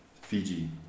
Fiji